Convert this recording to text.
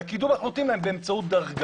את הקידום אנחנו נותנים להם באמצעות דרגה,